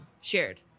shared